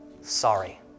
Sorry